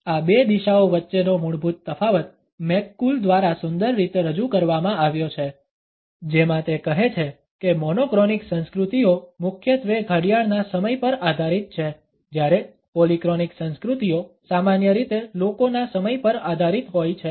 આ બે દિશાઓ વચ્ચેનો મૂળભૂત તફાવત મેકકુલ દ્વારા સુંદર રીતે રજૂ કરવામાં આવ્યો છે જેમાં તે કહે છે કે મોનોક્રોનિક સંસ્કૃતિઓ મુખ્યત્વે ઘડિયાળના સમય પર આધારિત છે જ્યારે પોલીક્રોનિક સંસ્કૃતિઓ સામાન્ય રીતે લોકોના સમય પર આધારિત હોય છે